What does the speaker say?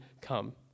come